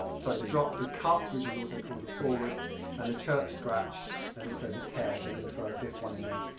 sort of the drop, the cut which is also called the forward and the chirp scratch and also the tears. we're going to throw a fifth one in there.